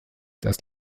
das